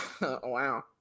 Wow